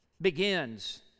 begins